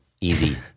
Easy